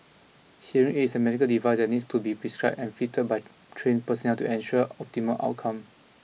hearing aids a medical device that needs to be prescribed and fitted by trained personnel to ensure optimum outcome